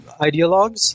ideologues